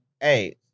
Hey